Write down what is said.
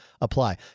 apply